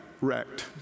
wrecked